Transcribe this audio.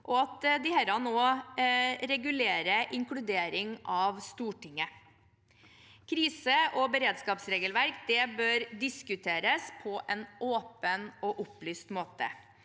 og at disse også regulerer inkludering av Stortinget. Krise- og beredskapsregelverk bør diskuteres på en åpen og opplyst måte.